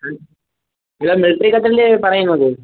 ഏതോ military cut അല്ലേ പറയുന്നത്